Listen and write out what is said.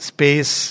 Space